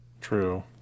true